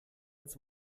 als